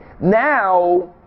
Now